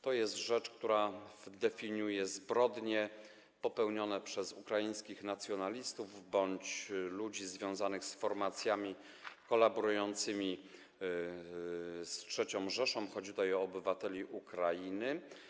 To jest rzecz, która definiuje zbrodnie popełnione przez ukraińskich nacjonalistów bądź ludzi związanych z formacjami kolaborującymi z III Rzeszą, chodzi tutaj o obywateli Ukrainy.